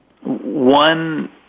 one